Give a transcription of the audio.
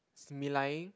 smiling